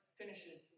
finishes